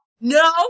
No